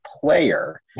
player